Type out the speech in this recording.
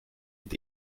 und